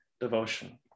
devotion